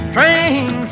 Train